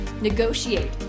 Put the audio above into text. negotiate